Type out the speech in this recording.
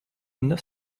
neuf